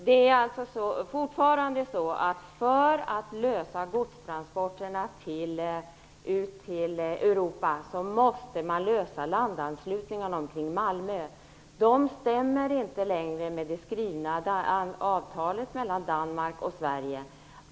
Det är alltså fortfarande så att man, för att lösa problemet med godstransporterna till Europa, måste lösa problemet med landanslutningarna runtomkring Malmö. Det skrivna avtalet mellan Danmark och Sverige stämmer inte längre.